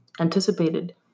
anticipated